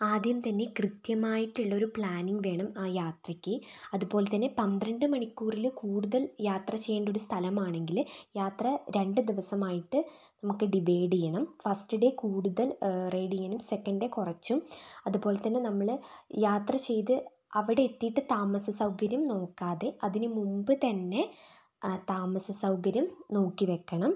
ആദ്യം തന്നെ കൃത്യമായിട്ടുള്ളൊരു പ്ലാനിംഗ് വേണം ആ യാത്രയ്ക്ക് അതുപോലെത്തന്നെ പന്ത്രണ്ട് മണിക്കൂറിൽ കൂടുതൽ യാത്ര ചെയ്യേണ്ടൊരു സ്ഥലമാണെങ്കിൽ യാത്ര രണ്ട് ദിവസമായിട്ട് നമുക്ക് ഡിവൈഡ് ചെയ്യണം ഫസ്റ്റ് ഡേ കൂടുതൽ റൈഡിങ്ങിനും സെക്കൻഡ് ഡേ കുറച്ചും അതുപോലെത്തന്നെ നമ്മൾ യാത്ര ചെയ്ത് അവിടെ എത്തിയിട്ട് താമസ സൗകര്യം നോക്കാതെ അതിന് മുമ്പ് തന്നെ താമസ സൗകര്യം നോക്കി വയ്ക്കണം